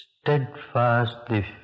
steadfastly